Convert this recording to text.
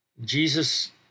Jesus